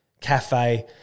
cafe